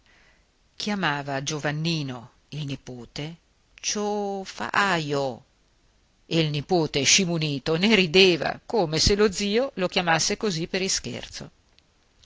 chiamava giovannino il nipote ciofaio e il nipote scimunito ne rideva come se lo zio lo chiamasse così per ischerzo